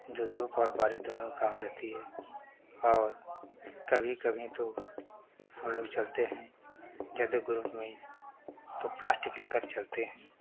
जो धूप और बारिश दोनों काम देती है और कभी कभी तो हमलोग चलते हैं ज़्यादे ग्रुप में तो प्लास्टिक लेकर चलते हैं